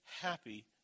happy